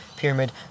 pyramid